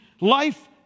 life